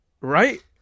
right